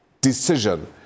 decision